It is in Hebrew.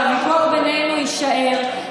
והוויכוח בינינו יישאר.